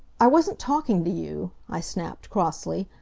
i wasn't talking to you, i snapped, crossly,